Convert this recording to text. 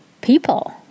people